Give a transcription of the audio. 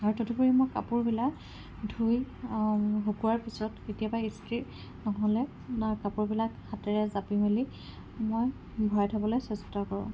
আৰু তদুপৰি মই কাপোৰবিলাক ধুই শুকোৱাৰ পিছত কেতিয়াবা ইস্ত্ৰি নহ'লে কাপোৰবিলাক হাতেৰে জাপি মেলি মই ভৰাই থ'বলে চেষ্টা কৰোঁ